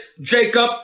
Jacob